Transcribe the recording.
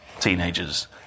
teenagers